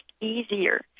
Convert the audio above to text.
easier